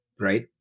right